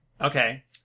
Okay